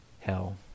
hell